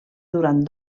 durant